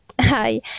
Hi